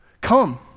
Come